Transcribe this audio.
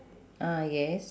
ah yes